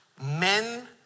Men